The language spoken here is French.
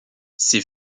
ses